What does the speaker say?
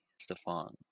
stefan